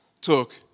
took